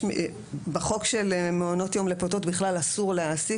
בחוק של מעונות יום לפעוטות בכלל אסור להעסיק.